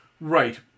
Right